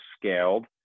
scaled